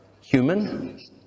human